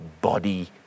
body